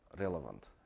relevant